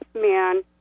man